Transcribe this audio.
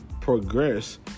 progress